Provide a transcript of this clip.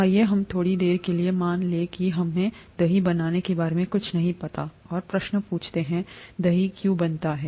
आइए हम थोड़ी देर के लिए मान लें कि हमें दही बनने के बारे में कुछ नहीं पता है और प्रश्न पूछें दही क्यों बनता है